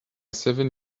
seven